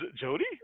Jody